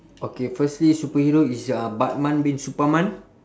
okay firstly superhero is uh batman bin suparman